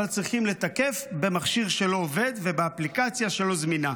צריכים לתקף במכשיר שלא עובד ובאפליקציה שלא זמינה.